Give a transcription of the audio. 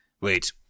Wait